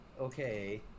Okay